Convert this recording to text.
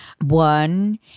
One